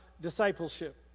discipleship